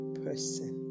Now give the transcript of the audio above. person